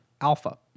alpha